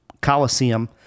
Coliseum